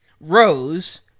Rose